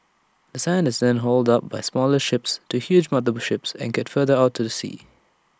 the sand is then hauled up by smaller ships to huge mother ships anchored further out to sea